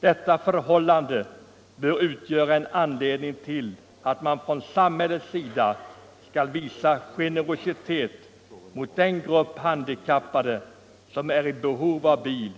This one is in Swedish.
Detta förhållande bör utgöra en anledning till att från samhällets sida visa generositet mot den grupp handikappade som är i behov av bil.